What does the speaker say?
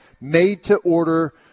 made-to-order